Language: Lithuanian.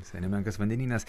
visai nemenkas vandenynas